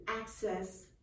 access